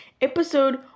episode